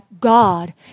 God